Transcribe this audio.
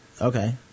Okay